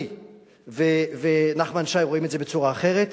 אני ונחמן שי רואים את זה בצורה אחרת,